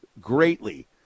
greatly